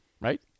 Right